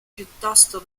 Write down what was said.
piuttosto